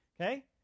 Okay